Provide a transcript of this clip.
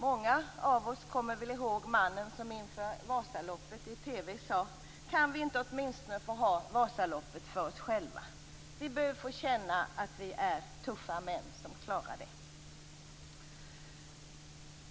Många av oss kommer väl ihåg mannen som inför Vasaloppet i TV sade: Kan vi inte åtminstone få ha Vasaloppet för oss själva? Vi behöver få känna att vi är tuffa män som klarar det.